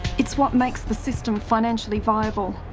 it's what makes the system financially viable.